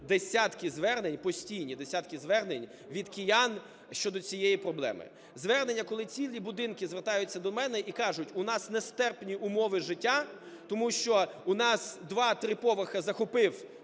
десятки звернень, постійні десятки звернень від киян щодо цієї проблеми – звернення, коли цілі будинки звертаються до мене і кажуть: у нас нестерпні умови життя, тому що у нас 2-3 поверхи захопив